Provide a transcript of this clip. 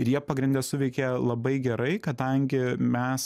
ir jie pagrinde suveikė labai gerai kadangi mes